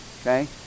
Okay